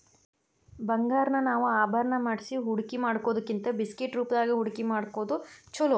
ಬಂಗಾರಾನ ನಾವ ಆಭರಣಾ ಮಾಡ್ಸಿ ಹೂಡ್ಕಿಮಾಡಿಡೊದಕ್ಕಿಂತಾ ಬಿಸ್ಕಿಟ್ ರೂಪ್ದಾಗ್ ಹೂಡ್ಕಿಮಾಡೊದ್ ಛೊಲೊ